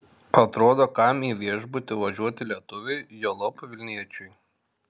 atrodo kam į viešbutį važiuoti lietuviui juolab vilniečiui